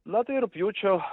na tai rugpjūčio